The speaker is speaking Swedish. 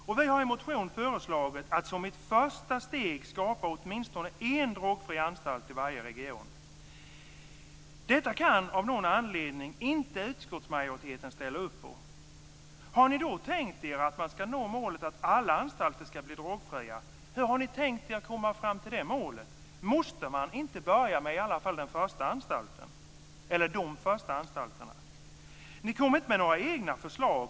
I en motion har vi lagt fram förslag om att som ett första steg skapa åtminstone en drogfri anstalt i varje region. Av någon anledning kan utskottsmajoriteten inte ställa upp på detta. Har ni tänkt er att nå målet att alla anstalter ska bli drogfria? Hur har ni tänkt er komma fram till det målet? Måste man inte i alla fall börja med de första anstalterna? Ni kommer inte med några egna förslag.